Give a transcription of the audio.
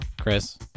Chris